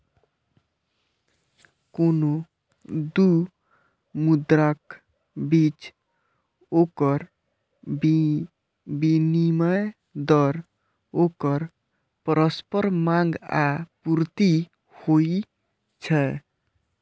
कोनो दू मुद्राक बीच ओकर विनिमय दर ओकर परस्पर मांग आ आपूर्ति होइ छै